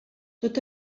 tot